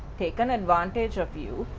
taken advantage of you